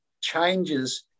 changes